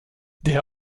der